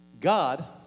God